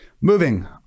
Moving